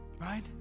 right